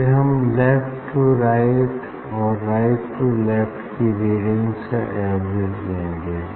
फिर हम left to right और राइट टू लेफ्ट की रीडिंग्स का एवरेज लेंगे